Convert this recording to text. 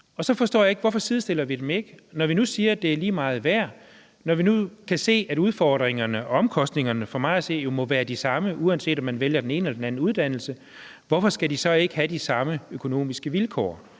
Så forstår jeg ikke, hvorfor vi ikke sidestiller dem. Når vi nu siger, at de er lige meget værd, og når vi nu kan se, at udfordringerne og omkostningerne jo må være de samme, uanset om man vælger den ene eller den anden uddannelse, hvorfor skal de så ikke have de samme økonomiske vilkår?